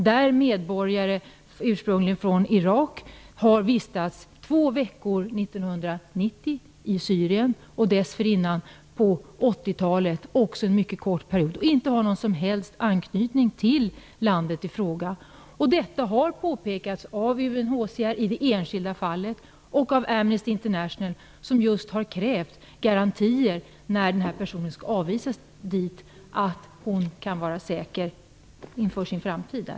Det gäller en irakisk medborgare som har vistats i Syrien två veckor 1990 och en mycket kort period på 80-talet, utan att ha någon som helst anknytning till landet i fråga. Detta har i det enskilda fallet påpekats av UNHCR och av Amnesty International, som just har krävt garantier när denna person skall avvisas till Syrien, så att hon kan vara säker för sin framtid där.